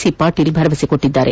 C Patil ಭರವಸೆ ನಿಡಿದ್ದಾರೆ